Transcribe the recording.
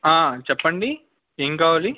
చెప్పండి ఏం కావాలి